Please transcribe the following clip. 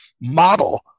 model